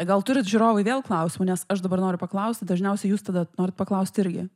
gal turit žiūrovai vėl klausimų nes aš dabar noriu paklausti dažniausiai jūs tada norit paklausti irgi